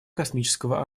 космического